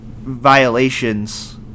violations